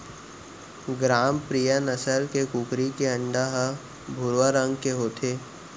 ग्रामप्रिया नसल के कुकरी के अंडा ह भुरवा रंग के होथे